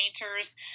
painters